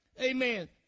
Amen